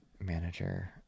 manager